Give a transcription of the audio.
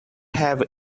have